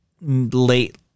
late